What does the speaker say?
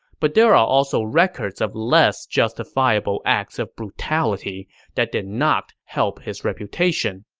but there are also records of less justifiable acts of brutality that did not help his reputation.